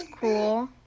cool